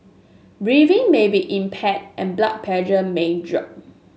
breathing may be impaired and blood pressure may drop